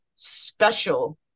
special